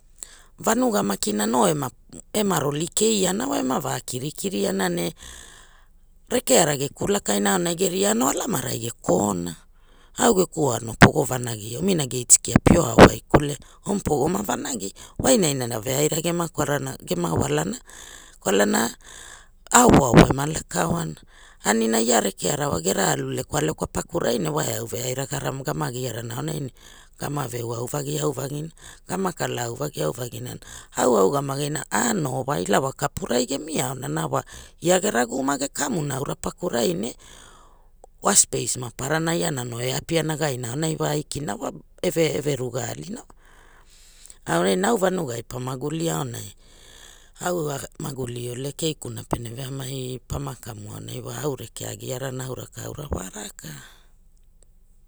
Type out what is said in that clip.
Vanuga makina no ema ema raoli kei anawa ema va kirikiri ana ne rekeara ge kulakaina aonai geria ano alania rai ge ko ona, au geku aro pogo vanagia omina gait kia pio ao waikule o pgoma vanagi wa inaina veaira geria kwarana geria walana kwalana avo avo ena laka oana, anina ia rekeara wa gera alu lekwa lekwa pakurai ne wa eau veaira gama veu au vagi au vagi na gama kala au vagi au vagi na au a ugamagina ano wa ila wa kapurai ge mia aona wa gia gera gu ama ge kamuna aura pakurai ne wa speis maparara iana io e gapiana ga ira aurai aikina wa eve eve ruga alina wa aua maguli ole keihuna pene veamai pana kamu aunai wa au rekea a agia rana aura wa raka.